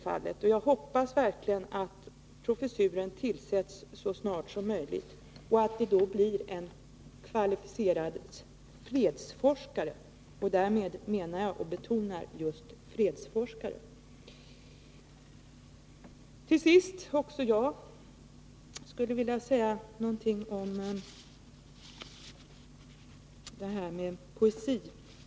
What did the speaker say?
Jag hoppas verkligen att professuren tillsätts så snart som möjligt och att den tillsätts med en kvalificerad fredsforskare. Därmed menar jag — och betonar — just fredsforskare. Till sist skulle också jag vilja säga någonting om poesi.